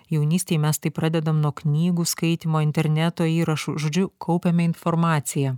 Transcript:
jaunystėj mes tai pradedam nuo knygų skaitymo interneto įrašų žodžiu kaupiame informaciją